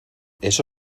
eso